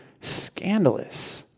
scandalous